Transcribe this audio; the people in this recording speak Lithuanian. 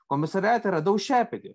komisariate radau šepetį